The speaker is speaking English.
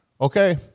Okay